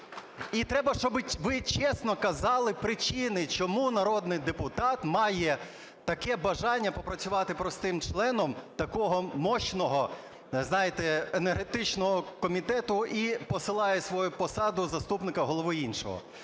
І треба, щоб ви чесно казали причини, чому народний депутат має таке бажання попрацювати простим членом такого мощного, знаєте, енергетичного комітету і посилає свою посаду заступника голови іншого.